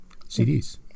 CDs